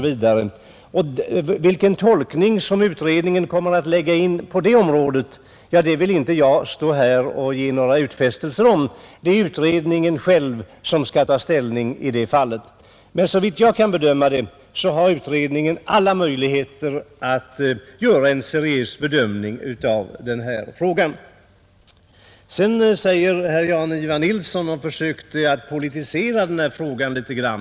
Vilken bedömning utredningen kommer att göra på det området vill jag inte stå här och ge några utfästelser om, Det är utredningen själv som skall ta ställning i det fallet. Men såvitt jag kan förstå har utredningen alla möjligheter att göra en seriös bedömning av denna fråga. Herr Nilsson i Tvärålund försökte politisera frågan litet grand.